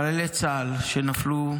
חללי צה"ל שנפלו,